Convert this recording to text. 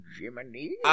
Jiminy